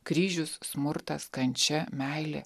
kryžius smurtas kančia meilė